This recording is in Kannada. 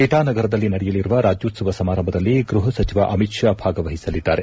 ಇಣಾ ನಗರದಲ್ಲಿ ನಡೆಯಲಿರುವ ರಾಜ್ಯೋತ್ವವ ಸಮಾರಂಭದಲ್ಲಿ ಗ್ಬಹ ಸಚಿವ ಅಮಿತ್ ಷಾ ಭಾಗವಹಿಸಲಿದ್ದಾರೆ